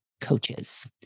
coaches